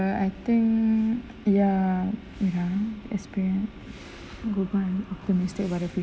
err I think ya ya experience optimistic about the